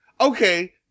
okay